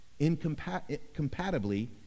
incompatibly